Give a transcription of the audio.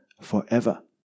forever